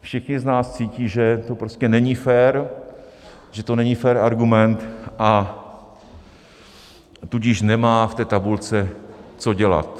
Všichni z nás cítí, že to prostě není fér, že to není fér argument, a tudíž nemá v té tabulce co dělat.